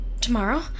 tomorrow